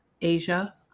Asia